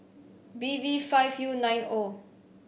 B V five U nine O